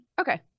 okay